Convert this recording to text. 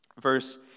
verse